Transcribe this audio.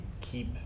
keep